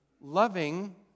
loving